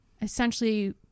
essentially